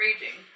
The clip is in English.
raging